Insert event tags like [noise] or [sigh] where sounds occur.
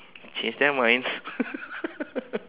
change their minds [laughs]